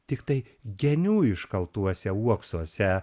tiktai genių iškaltuose uoksuose